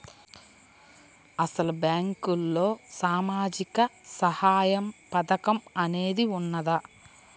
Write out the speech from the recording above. అసలు బ్యాంక్లో సామాజిక సహాయం పథకం అనేది వున్నదా?